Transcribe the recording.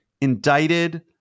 indicted